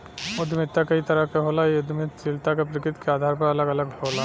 उद्यमिता कई तरह क होला इ उद्दमशीलता क प्रकृति के आधार पर अलग अलग होला